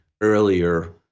earlier